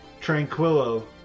Tranquillo